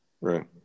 Right